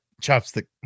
chopstick